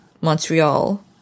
Montreal